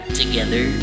together